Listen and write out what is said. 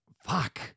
Fuck